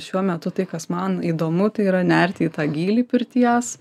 šiuo metu tai kas man įdomu tai yra nerti į tą gylį pirties